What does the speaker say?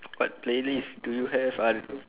what play list do you have ah